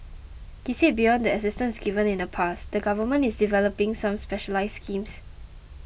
he said beyond the assistance given in the past the Government is developing some specialised schemes